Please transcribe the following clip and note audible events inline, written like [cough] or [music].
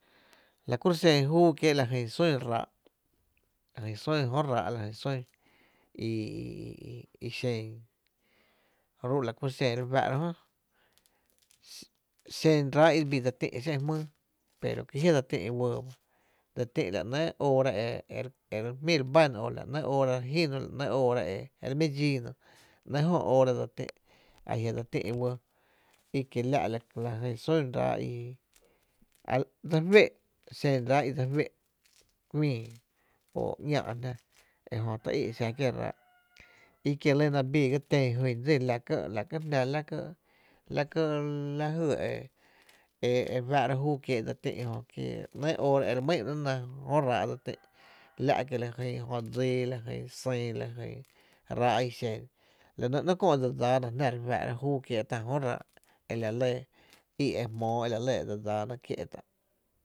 La kúro’ xen júú kiee’ la jyn sún ráá’ la jyn sún jö ráá’ la jyn sún i [hesitation] i i xen, ru’ la ku xen re fáá’ra jö, xen ráá’ i bii dse ti’n xé’n jmýý. pero kí jia’ dse ti’n wɇɇ bá, dse t´’in la néé’ óó e re jmí re bána, la nëé’ óó ra jíno, la néé’ óóra e re mi dxíino, la néé’ oóra jö e dse ti’n, e kiela’ jyn sun ráá’ i dse féé’, xen ráá’ i dse féé’ mii, o ‘ñáá’ jná, ejö tý í’ xa kiéé’ ráá’, i kie la’ la bii ga ten jyn dsí e la ka’ jná la ka la jy e re fáá’ra júú kiee’ e dse ti’n jö, ‘néé’ óóra e re mý’na ba ‘néé’ jö ráá’ dse t´’im, la’ kie la jyn jö dsii, Jó sÿÿ la jyn ráá’ i xen, la nɇ néé’ köö dse dsáána jná e kie’ tá’ jöraá´’ e la lɇ í’ e jmóo e la lɇ e dse dsáána kié’ tá’.